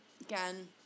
again